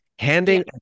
handing